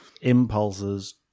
impulses